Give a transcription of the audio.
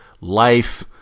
life